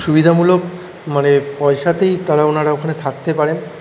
খুব সুবিধামূলক মানে পয়সাতেই তারা ওনারা ওখানে থাকতে পারেন